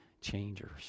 changers